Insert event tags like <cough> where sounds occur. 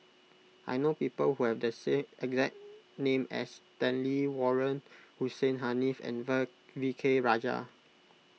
I know people who have the same exact name as Stanley Warren Hussein Haniff and <unintelligible> V K Rajah